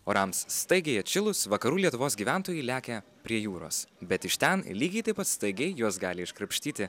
orams staigiai atšilus vakarų lietuvos gyventojai lekia prie jūros bet iš ten lygiai taip pat staigiai juos gali iškrapštyti